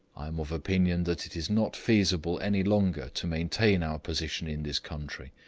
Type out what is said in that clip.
i am of opinion that it is not feasible any longer to maintain our position in this country,